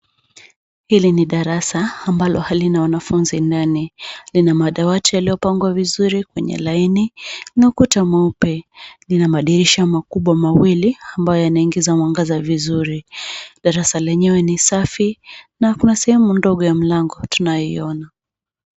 Hili ni darasa ambalo halina wanafunzi ndani. Lina madawati yaliyopangwa vizuri kwenye laini na ukuta mweupe .Lina madirisha makubwa mawili ambayo yanaingiza mwangaza vizuri. Darasa lenyewe ni safi na kuna sehemu ndogo ya mlango tunayoiona.